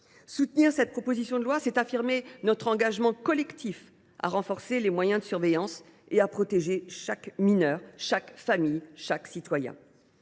Soutenir cette proposition de loi, c’est affirmer notre engagement collectif à renforcer les moyens de surveillance et à protéger chaque mineur, chaque famille, chaque citoyen.